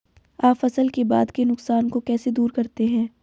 आप फसल के बाद के नुकसान को कैसे दूर करते हैं?